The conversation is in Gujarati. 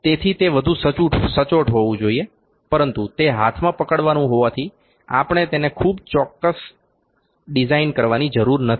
તેથી તે વધુ સચોટ હોવું જોઈએ પરંતુ તે હાથમાં પકડવાનું હોવાથી આપણે તેને ખૂબ ચોક્કસ ચોક્કસ ડિઝાઇન કરવાની જરૂર નથી